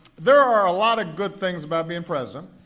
there are a lot of good things about being president.